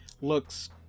looks